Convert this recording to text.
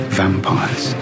vampires